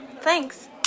Thanks